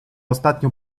ostatnio